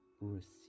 receive